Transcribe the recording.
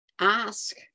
ask